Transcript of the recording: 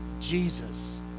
Jesus